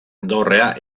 dorrea